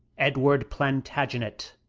edward plantagenet,